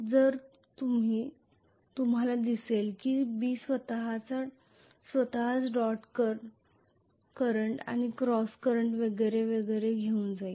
तर तुम्हाला दिसेल की B स्वतःच डॉट करंट आणि क्रॉस करंट वगैरे वगैरे घेऊन जाईल